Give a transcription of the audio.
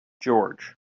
george